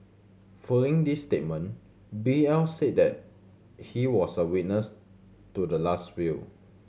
following this statement B L said that he was a witness to the last will